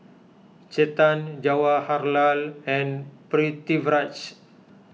Chetan Jawaharlal and Pritiviraj